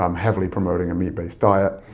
um heavily promoting a meat-based diet,